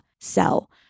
sell